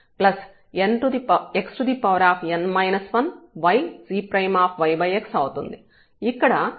ఇక్కడ ఈ రెండు పదాలు క్యాన్సిల్ అవుతాయి